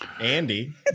Andy